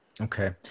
Okay